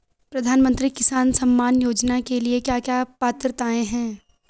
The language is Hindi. प्रधानमंत्री किसान सम्मान योजना के लिए क्या क्या पात्रताऐं हैं?